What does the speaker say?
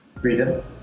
Freedom